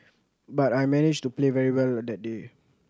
but I managed to play very well that day